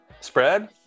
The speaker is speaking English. Spread